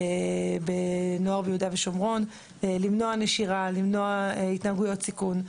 בנוער ביהודה ושומרון למנוע נשירה למנוע התנהגויות סיכון,